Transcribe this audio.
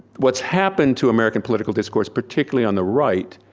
what's happened to american political discourse, particularly on the right,